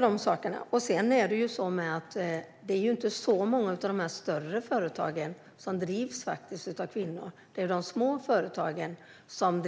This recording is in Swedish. Det är ju inte så många av de större företagen som drivs av kvinnor, utan det gäller mer de små företagen. Som